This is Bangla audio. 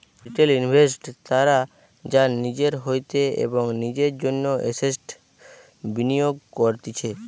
রিটেল ইনভেস্টর্স তারা যারা নিজের হইতে এবং নিজের জন্য এসেটস বিনিয়োগ করতিছে